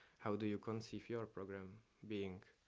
how do you conceive your program being